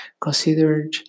considered